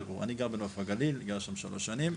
אני גר בנוף הגליל, אני גר שם שלוש שנים.